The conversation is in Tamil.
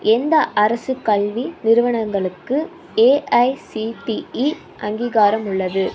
எந்த அரசு கல்வி நிறுவனங்களுக்கு ஏஐசிடிஇ அங்கீகாரம் உள்ளது